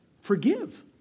forgive